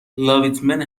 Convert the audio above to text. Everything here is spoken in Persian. لاویتمن